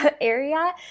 area